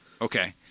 Okay